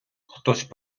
хтось